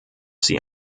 sie